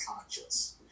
conscious